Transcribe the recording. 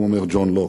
הוא אומר "ג'ון לוק",